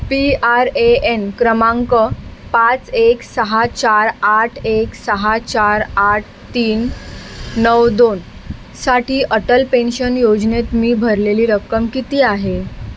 P R A N क्रमांक पाच एक सहा चार आठ एक सहा चार आट तीन नऊ दोन साठी अटल पेन्शन योजनेत मी भरलेली रक्कम किती आहे